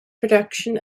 production